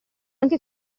anche